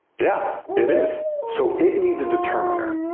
yeah it is. so it needs a determiner.